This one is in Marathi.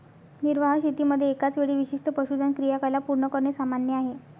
निर्वाह शेतीमध्ये एकाच वेळी विशिष्ट पशुधन क्रियाकलाप पूर्ण करणे सामान्य आहे